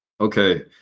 okay